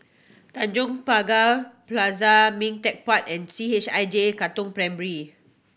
Tanjong Pagar Plaza Ming Teck Park and C H I J Katong Primary